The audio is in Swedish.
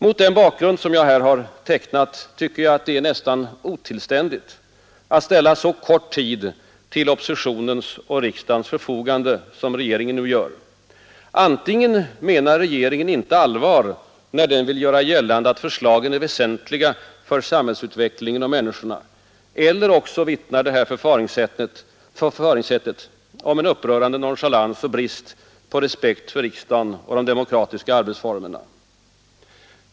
Mot den bakgrund som jag här har tecknat tycker jag att det är nästan otillständigt att ställa så kort tid till oppositionens och riksdagens förfogande som regeringen nu gör. Antingen menar regeringen inte allvar, när den vill göra gällande att förslagen är väsentliga för samhällsutveck lingen och människorna, eller också vittnar förfaringssättet om en upprörande nonchalans och brist på respekt för riksdagen och de demokratiska arbetsformerna.